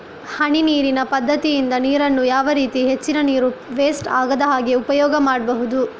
ಹನಿ ನೀರಿನ ಪದ್ಧತಿಯಿಂದ ನೀರಿನ್ನು ಯಾವ ರೀತಿ ಹೆಚ್ಚಿನ ನೀರು ವೆಸ್ಟ್ ಆಗದಾಗೆ ಉಪಯೋಗ ಮಾಡ್ಬಹುದು?